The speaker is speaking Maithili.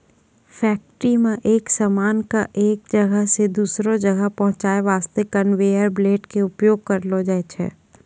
फैक्ट्री मॅ सामान कॅ एक जगह सॅ दोसरो जगह पहुंचाय वास्तॅ कनवेयर बेल्ट के उपयोग करलो जाय छै